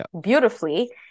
beautifully